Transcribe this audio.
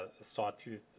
sawtooth